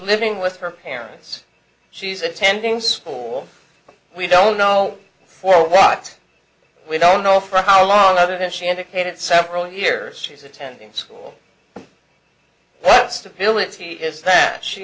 living with her parents she's attending school we don't know for what we don't know for how long other than she indicated several years she's attending school that stability is that she